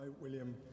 William